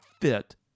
fit